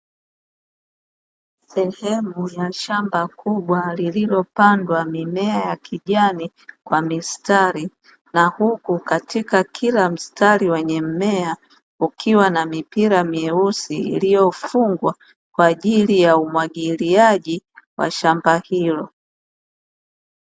Sehemu ya shamba kubwa lililopandwa mimea ya kijani kwa mistari, na huku katika kila mstari wenye mimea ukiwa na mipira meusi iliyofungwa kwa ajili ya umwagiliaji wa shamba hilo.